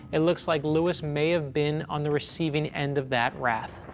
it looks like lewis may have been on the receiving end of that wrath.